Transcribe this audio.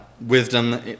wisdom